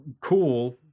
cool